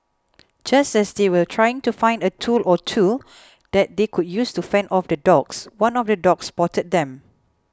just as they were trying to find a tool or two that they could use to fend off the dogs one of the dogs spotted them